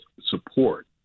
support